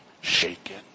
shaken